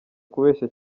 kubeshya